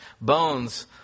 bones